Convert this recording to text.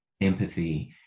empathy